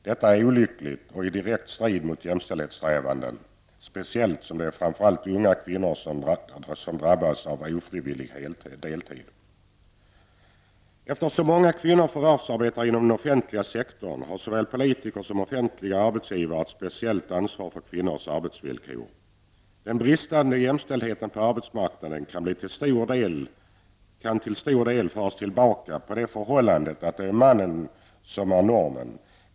Detta är olyckligt och står i direkt strid mot jämställdhetssträvandena, speciellt som det framför allt är unga kvinnor som drabbas av ofrivillig deltidstjänstgöring. Eftersom det är så många kvinnor som förvärvsarbetar inom den offentliga sektorn har såväl politiker som offentliga arbetsgivare ett speciellt ansvar för kvinnors arbetsvillkor. Den bristande jämställdheten på arbetsmarknaden kan till stor del föras tillbaka på det förhållandet att det är mannen som sätts upp som norm.